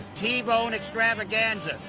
t-bone extravaganza,